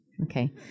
Okay